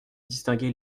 distinguer